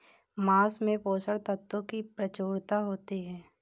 माँस में पोषक तत्त्वों की प्रचूरता होती है